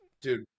dude